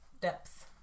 depth